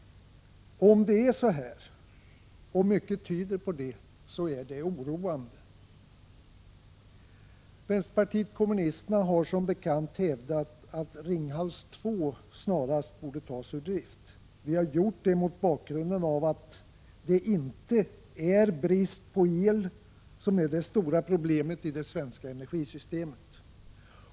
Om det är så här, och mycket tyder på det, så är det oroande. Vpk har som bekant hävdat att Ringhals 2 snarast borde tas ur drift. Vi har gjort det mot bakgrund av att det inte är brist på el som är det stora problemet i det svenska energisystemet.